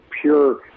pure